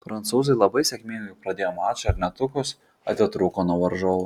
prancūzai labai sėkmingai pradėjo mačą ir netrukus atitrūko nuo varžovų